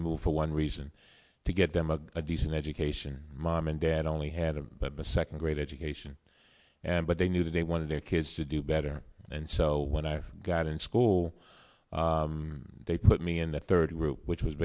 move for one reason to get them a decent education mom and dad only had a second grade education and but they knew that they wanted their kids to do better and so when i got in school they put me in the third group which was